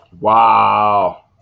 Wow